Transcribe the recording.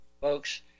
folks